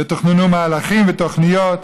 ותוכננו מהלכים ותוכניות.